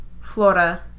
Flora